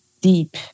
deep